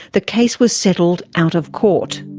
the case was settled out of court.